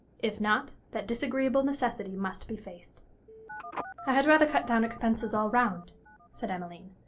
if not, that disagreeable necessity must be faced. i had rather cut down expenses all round said emmeline,